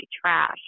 trash